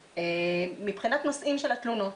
מבחינת נושאים של התלונות,